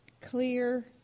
clear